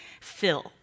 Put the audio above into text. fill